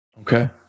Okay